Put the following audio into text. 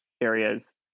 areas